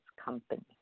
company